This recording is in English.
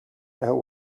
know